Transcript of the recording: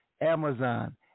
Amazon